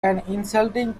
insulting